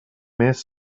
més